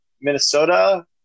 Minnesota